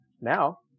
now